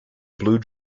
blue